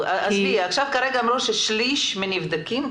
עכשיו אמרו ששליש מהנבדקים,